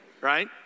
right